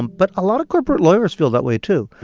but a lot of corporate lawyers feel that way, too.